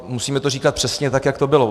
Musíme to říkat přesně tak, jak to bylo.